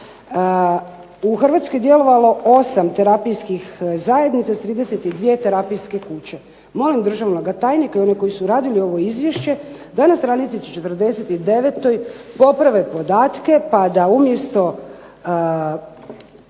U Hrvatskoj je djelovalo 8 terapijskih zajednica sa 32 terapijske kuće. Molim državnoga tajnika i one koji su radili ovo izvješće da na stranici 49 poprave podatke, pa da umjesto